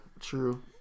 true